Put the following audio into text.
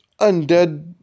undead